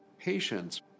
patients